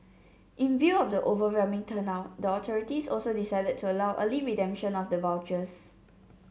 in view of the overwhelming turnout the authorities also decided to allow early redemption of the vouchers